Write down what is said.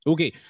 Okay